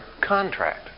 contract